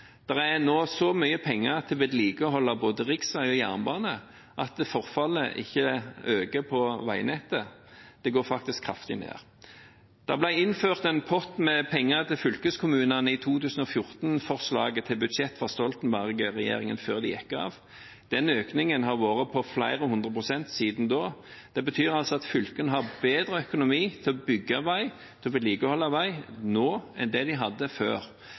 er nå så mye penger til vedlikehold av både riksveier og jernbane at forfallet på veinettet ikke øker. Det går faktisk kraftig ned. Det ble innført en pott med penger til fylkeskommunene i 2014-forslaget til budsjett fra Stoltenberg-regjeringen før den gikk av. Den økningen har vært på flere hundre prosent siden da. Det betyr at fylkene har bedre økonomi til å bygge vei og å vedlikeholde vei nå enn det de hadde før.